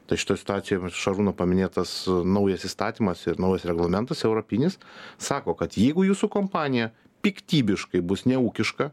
tai šitoj situacijoj šarūno paminėtas naujas įstatymas ir naujas reglamentas europinis sako kad jeigu jūsų kompanija piktybiškai bus neūkiška